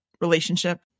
relationship